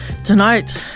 Tonight